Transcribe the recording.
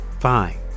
fine